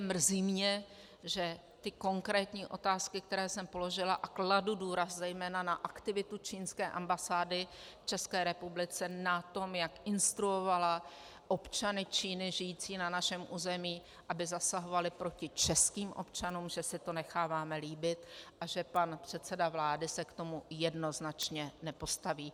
Mrzí mě, že konkrétní otázky, které jsem položila, a kladu důraz zejména na aktivitu čínské ambasády v ČR, na to, jak instruovala občany Číny žijící na našem území, aby zasahovali proti českým občanům, že si to necháváme líbit a že pan předseda vlády se k tomu jednoznačně nepostaví.